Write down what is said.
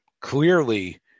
clearly